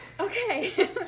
Okay